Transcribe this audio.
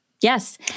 Yes